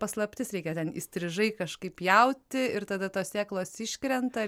paslaptis reikia ten įstrižai kažkaip pjauti ir tada tos sėklos iškrenta